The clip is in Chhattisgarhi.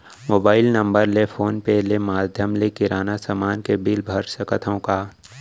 मोबाइल नम्बर ले फोन पे ले माधयम ले किराना समान के बिल भर सकथव का?